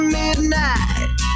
midnight